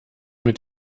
mit